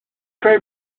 creu